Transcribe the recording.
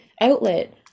outlet